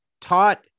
taught